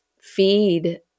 feed